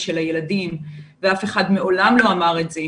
של הילדים ואף אחד מעולם לא אמר את זה,